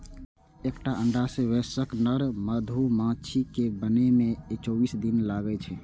एकटा अंडा सं वयस्क नर मधुमाछी कें बनै मे चौबीस दिन लागै छै